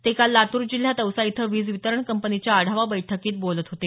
ते काल लातूर जिल्ह्यात औसा इथं वीज वितरण कंपनीच्या आढावा बैठकीत बोलत होते